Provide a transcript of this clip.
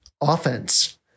offense